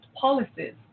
policies